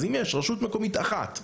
אז אם יש רשות מקומית אחת,